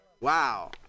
wow